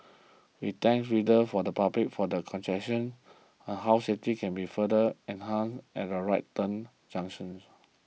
we thank readers for the public for their on how safety can be further enhanced at right turn junctions